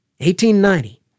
1890